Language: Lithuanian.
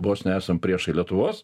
vos ne esam priešai lietuvos